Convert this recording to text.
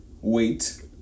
wait